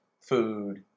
food